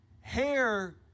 hair